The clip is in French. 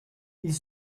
ils